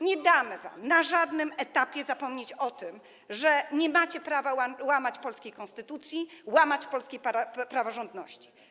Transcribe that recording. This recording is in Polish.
nie damy wam na żadnym etapie zapomnieć o tym, że nie macie prawa łamać polskiej konstytucji, łamać polskiej praworządności.